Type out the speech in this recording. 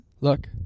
Look